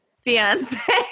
Fiance